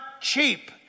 cheap